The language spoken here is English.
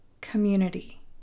community